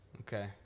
Okay